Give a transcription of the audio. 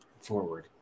forward